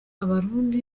abarundi